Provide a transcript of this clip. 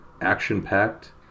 action-packed